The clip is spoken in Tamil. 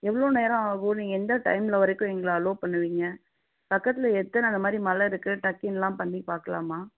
எவ்வளோ நேரம் ஆகும் நீங்கள் எந்த டைம்ல வரைக்கும் எங்களை அலோ பண்ணுவீங்கள் பக்கத்தில் எத்தனை அதை மாதிரி மலை இருக்குது ட்ரெக்கிங்லாம் பண்ணி பார்க்கலாமா